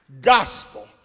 Gospel